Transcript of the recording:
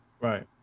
Right